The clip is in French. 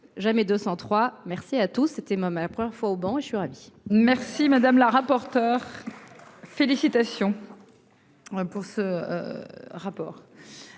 trois, merci à tous, c'était ma, ma première fois au banc. Je suis ravi. Merci madame la rapporteure. Félicitations. Pour ce. Rapport.